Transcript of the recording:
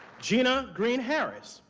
genegina green-harris,